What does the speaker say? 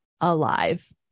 alive